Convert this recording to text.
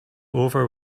over